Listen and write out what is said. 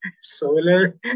Solar